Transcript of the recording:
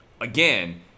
again